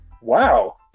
wow